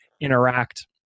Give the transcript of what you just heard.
interact